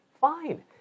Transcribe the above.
Fine